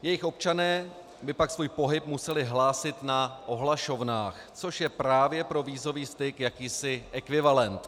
Jejich občané by pak svůj pohyb museli hlásit na ohlašovnách, což je právě pro vízový styk jakýsi ekvivalent.